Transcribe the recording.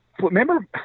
Remember